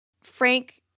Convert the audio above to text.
frank